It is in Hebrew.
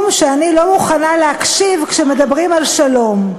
שאני לא מוכנה להקשיב כשמדברים על שלום.